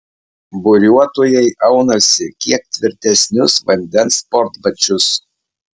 buriuotojai aunasi kiek tvirtesnius vandens sportbačius